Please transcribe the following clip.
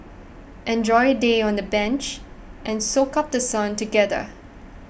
enjoy a day on the beach and soak up The Sun together